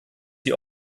die